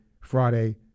Friday